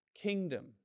kingdom